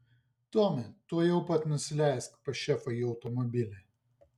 tomi tuojau pat nusileisk pas šefą į automobilį